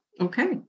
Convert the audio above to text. Okay